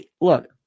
look